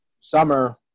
summer